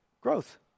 Growth